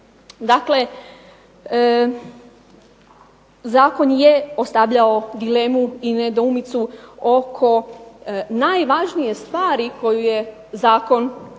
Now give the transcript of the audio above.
Dakle, zakon je ostavljao dilemu i nedoumicu oko najvažnije stvari koju je zakon morao